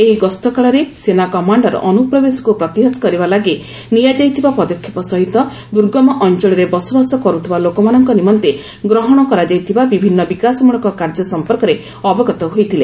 ଏହି ଗସ୍ତ କାଳରେ ସେନା କମାଣ୍ଡର ଅନୁପ୍ରବେଶକୁ ପ୍ରତିହତ କରିବା ଲାଗି ନିଆଯାଇଥିବା ପଦକ୍ଷେପ ସହିତ ଦୁର୍ଗମ ଅଞ୍ଚଳରେ ବସବାସ କରୁଥିବା ଲୋକମାନଙ୍କ ନିମନ୍ତେ ଗ୍ରହଣ କରାଯାଇଥିବା ବିଭିନ୍ନ ବିକାଶମୂଳକ କାର୍ଯ୍ୟ ସମ୍ପର୍କରେ ଅବଗତ ହୋଇଥିଲେ